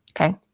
Okay